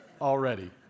already